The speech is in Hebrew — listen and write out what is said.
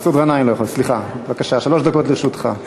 בבקשה, שלוש דקות לרשותך.